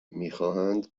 میخواهند